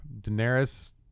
Daenerys